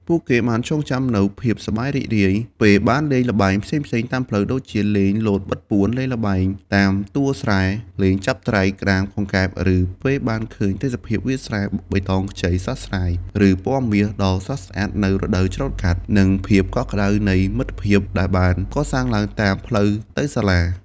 ពួកគេបានចងចាំនូវភាពសប្បាយរីករាយពេលបានលេងល្បែងផ្សេងៗតាមផ្លូវ ដូចជាលេងលោតបិទពួន លេងល្បែងតាមទួលស្រែ លេងចាប់ត្រី ក្តាម កង្កែប ឬពេលបានឃើញទេសភាពវាលស្រែបៃតងខ្ចីស្រស់ស្រាយ ឬពណ៌មាសដ៏ស្រស់ស្អាតនៅរដូវច្រូតកាត់ និងភាពកក់ក្តៅនៃមិត្តភាពដែលបានកសាងឡើងតាមផ្លូវទៅសាលា។